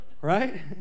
Right